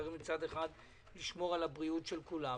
כי צריך לשמור על הבריאות של כולם,